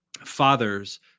fathers